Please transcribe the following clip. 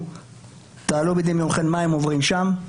תעלו בדמיונכם מה הם עוברים שם,